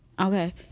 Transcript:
okay